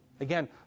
Again